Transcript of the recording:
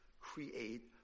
create